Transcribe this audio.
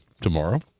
tomorrow